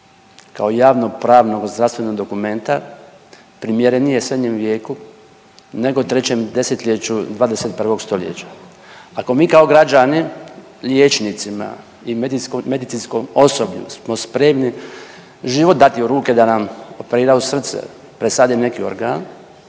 kao javno pravnog zdravstvenog dokumenta primjerenije srednjem vijeku nego trećem desetljeću 21. stoljeća. Ako mi kao građani liječnicima i medicinskom osoblju smo spremni život dati u ruke da nam operiraju srce, presade neki organ,